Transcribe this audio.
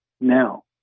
Now